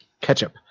Ketchup